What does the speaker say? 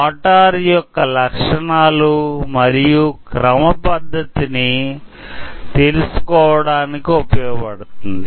motor యొక్క లక్షణాలు మరియు క్రమ పద్దతిని తెలుసుకోవడానికి ఉపయోగపడుతుంది